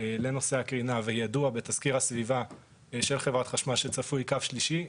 לנושא הקרינה וידוע בתזכיר הסביבה של חברת חשמל שצפוי קו שלישי,